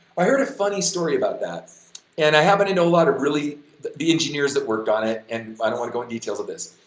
i heard a funny story about that and i happen to know a lot of really the the engineers that worked on it and i don't know go in details of this,